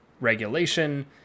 regulation